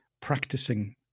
practicing